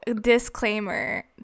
disclaimer